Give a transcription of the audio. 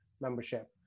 membership